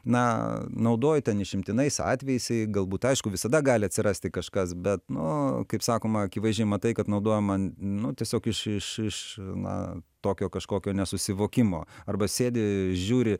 na naudoju ten išimtinais atvejais galbūt aišku visada gali atsirasti kažkas bet nu kaip sakoma akivaizdžiai matai kad naudojama nu tiesiog iš iš iš na tokio kažkokio nesusivokimo arba sėdi žiūri